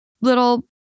little